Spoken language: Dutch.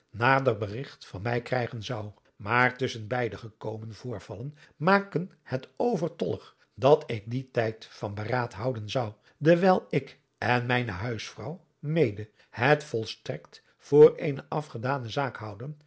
nader berigt van mij krijgen zou maar tusschen beide gekomen voorvallen maken het overtollig dat ik dien tijd van beraad houden zou dewijl ik en mijne huilvrouw mede het volstrekt voor eene afgedane zaak houden